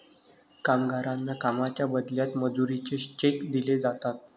कामगारांना कामाच्या बदल्यात मजुरीचे चेक दिले जातात